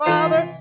Father